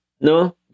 no